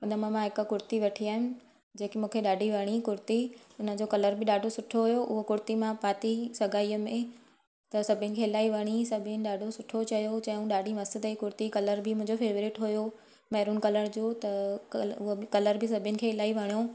हुन म मां हिकु कुर्ती वठी आहियमि जेकी मूंखे ॾाढी वणी कुर्ती हुन जो कलर बि ॾाढो सुठो हुओ उहो कुर्ती मां पाती ई सगाईअ में त सभिनि खे इलाही वणी सभिनि ॾाढो सुठो चयो चयूं ॾाढी मस्त अथई कुर्ती कलर बि मुंहिंजो फेवरेट हुओ महरून कलर जो त कल उहा बि कलर बि सभिनि खे इलाही वणियो